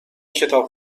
کتاب